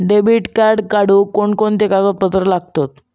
Debit card काढुक कोणते कागदपत्र लागतत?